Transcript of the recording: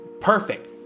Perfect